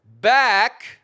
back